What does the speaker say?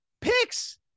picks